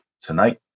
tonight